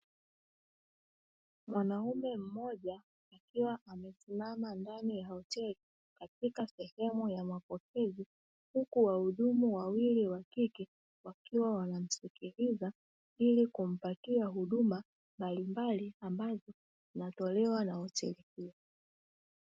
Wanaume mmoja akiwa amesema ndani ya hoteli katika sehemu mapokezi. Huku wahudumu wawili wa kike wakiwa ili kumpatia huduma mbalimbali ambazo zinatolewa na hoteli hiyo.